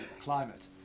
climate